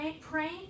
praying